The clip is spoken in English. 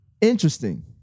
interesting